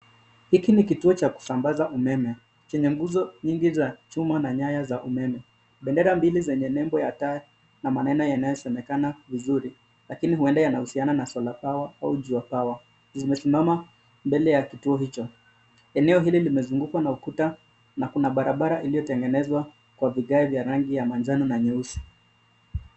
Hiki ni kituo cha kusambaza umeme chenye nguzo nyingi za chuma na nyaya za umeme. Bendera mbili zenye nembo ya taa na maneno yanayosemekana vizuri lakini huenda yanahusiana na suala pawa au jua pawa, zimesimama mbele ya kituo hicho. Eneo hilo limezungukwa na ukuta na kuna barabara iliotengenezwa kwa vigae vya rangi ya manjano na nyeusi.